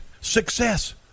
success